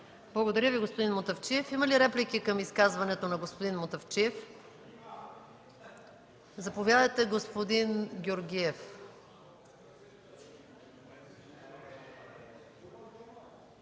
Благодаря Ви, господин Мутафчиев. Има ли реплики към изказването на господин Мутафчиев? Заповядайте, господин Георгиев.